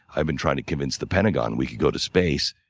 i've been trying to convince the pentagon we could go to space.